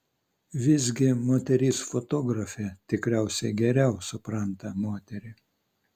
visgi moteris fotografė tikriausiai geriau supranta moterį